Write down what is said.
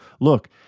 look